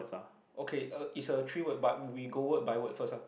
okay uh is a three word but we go word by word first ah